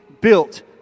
built